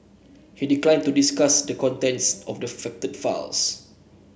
he declined to discuss the contents of the affected files